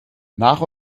nach